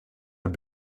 had